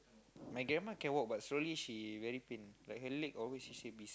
my grandma can walk but slowly she very pain like her leg always she should be